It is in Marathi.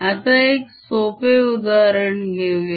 आता एक सोपे उदाहरण घेऊया